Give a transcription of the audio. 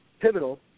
pivotal